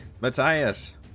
Matthias